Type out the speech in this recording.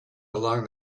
along